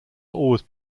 always